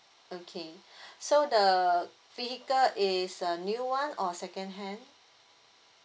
okay so the vehicle is a new one or second hand